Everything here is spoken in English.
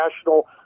national